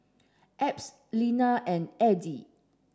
Ebb Linna and Eddie